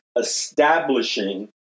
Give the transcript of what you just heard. establishing